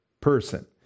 person